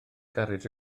garej